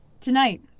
Tonight